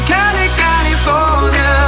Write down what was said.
California